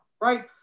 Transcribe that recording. Right